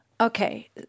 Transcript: Okay